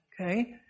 Okay